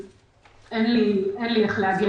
הוא נותן לה,